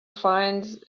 finds